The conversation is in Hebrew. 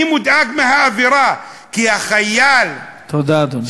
אני מודאג מהאווירה, כי החייל, תודה, אדוני.